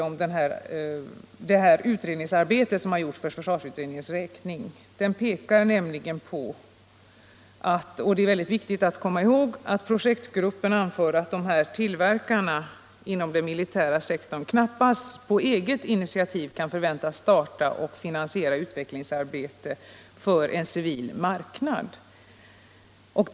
I det utredningsarbete som gjorts för försvarsutredningens räkning anför projektgruppen att tillverkarna inom den militära sektorn knappast på eget initiativ kan förväntas starta och finansiera utvecklingsarbete för den civila marknaden.